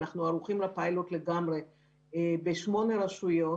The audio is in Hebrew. אנחנו ערוכים לפיילוט בשמונה רשויות.